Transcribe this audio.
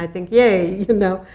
think, yay, you know.